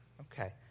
Okay